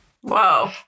Whoa